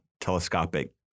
telescopic